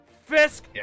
Fisk